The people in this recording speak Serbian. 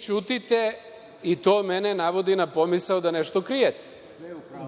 ćutite i to mene navodi na pomisao da nešto krijete,